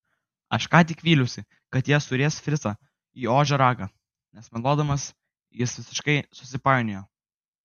aš ką tik vyliausi kad jie suries fricą į ožio ragą nes meluodamas jis visiškai susipainiojo